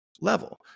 level